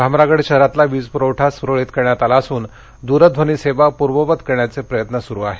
भामरागड शहरातला वीजपूरवठा सुरळीत करण्यात आला असुन दूरध्वनी सेवा पूर्ववत करण्याचे प्रयत्न सुरु आहेत